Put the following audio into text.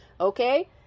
okay